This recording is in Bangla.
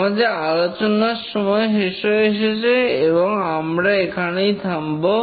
আমাদের আলোচনার সময় শেষ হয়ে এসেছে এবং আমরা এখানেই থামবো